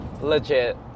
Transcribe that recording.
legit